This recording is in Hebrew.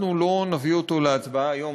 לא נביא אותו להצבעה היום,